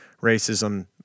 racism